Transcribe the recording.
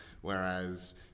whereas